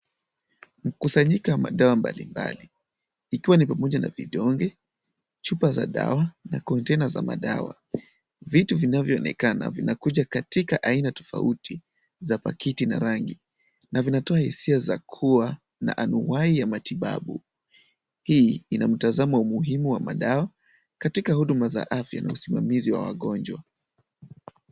Mkusanyiko wa madawa mbalimbali ikiwa ni pamoja na vidonge, chupa za dawa, na container za madawa. Vitu vinavyoonekana vinakuja katika aina tofauti za pakiti na rangi na vinatoa hisia za kuwa na anuwai ya matibabu. Hii ina mtazamo wa umuhimu wa madawa katika huduma za afya na usimamizi wa wagonjwa.